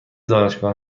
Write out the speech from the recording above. دانشگاه